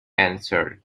answered